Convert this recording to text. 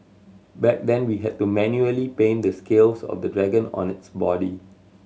back then we had to manually paint the scales of the dragon on its body